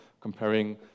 comparing